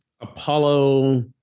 Apollo